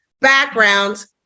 backgrounds